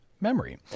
memory